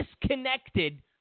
disconnected